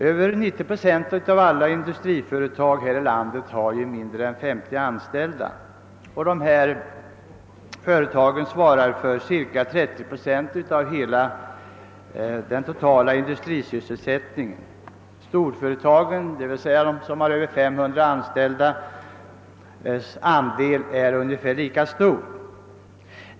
Över 90 procent av alla industriföretag här i landet har mindre än 50 anställda, och dessa företag svarar för ca 30 procent av den totala industrisysselsättningen. Storföretagens andel — d. v. s. företag som har över 500 anställda — är ungefär lika stor.